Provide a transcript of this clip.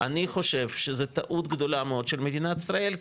אני חושב שזו טעות גדולה מאוד של מדינת ישראל.